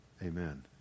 Amen